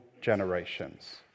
generations